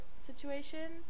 situation